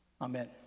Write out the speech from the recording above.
Amen